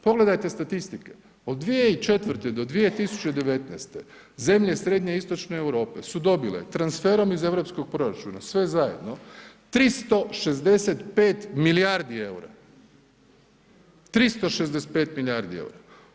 Pogledajte statistike od 2004. do 2019. zemlje srednje i istočne Europe su dobile transferom iz europskog proračuna sve zajedno 365 milijardi eura, 365 milijardi Eura.